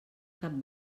cap